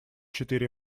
четыре